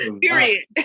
Period